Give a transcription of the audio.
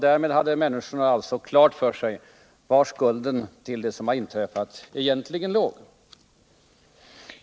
Därmed skulle människorna ha klart för sig var skulden till det inträffade egentligen låg.